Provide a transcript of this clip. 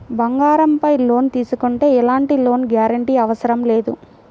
బంగారంపై లోను తీసుకుంటే ఎలాంటి లోను గ్యారంటీ అవసరం లేదు